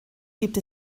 gibt